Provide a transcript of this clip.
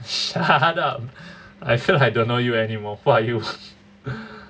shut up I feel like I don't know you anymore who are you